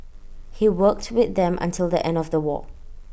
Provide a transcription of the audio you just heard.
he worked with them until the end of the war